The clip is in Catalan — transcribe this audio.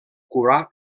curar